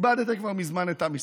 איבדתם כבר מזמן את עם ישראל,